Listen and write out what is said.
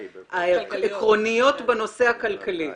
העקרוניות בנושא הכלכלי הזה.